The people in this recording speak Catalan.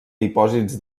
dipòsits